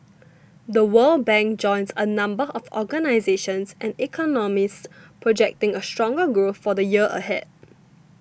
The World Bank joins a number of organisations and economists projecting a stronger growth for the year ahead